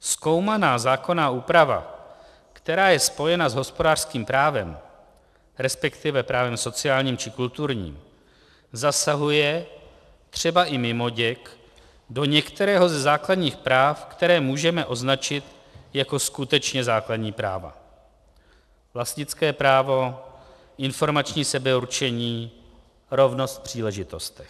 Zkoumaná zákonná úprava, která je spojena s hospodářským právem, resp. právem sociálním či kulturním, zasahuje třeba i mimoděk do některého ze základních práv, která můžeme označit jako skutečně základní práva vlastnické právo, informační sebeurčení, rovnost v příležitostech.